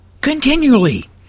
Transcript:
continually